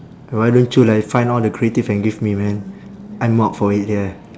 why don't you like find all the creative and give me man I'm up for it yeah